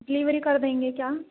delivery कर देंगे क्या